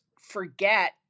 forget